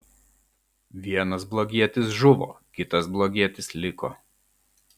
vienas blogietis žuvo kitas blogietis liko